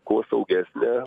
kuo saugesnę